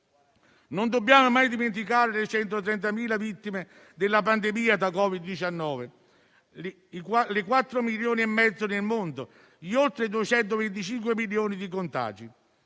Non dobbiamo mai dimenticare le oltre 130.000 vittime della pandemia da Covid-19 in Italia, 4,5 milioni nel mondo, con oltre 225 milioni di contagi.